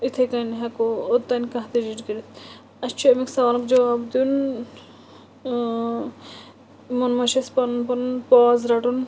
یِتھٔے کٔنۍ ہیٚکو اوٚتانۍ کانٛہہ تِہِ ڈِجِٹ کٔرِتھ اسہِ چھُ اَمیٛک سوالُک جواب دیٛن ٲں یِمَن منٛز چھُ اسہِ پَنُن پَنُن پاز رَٹُن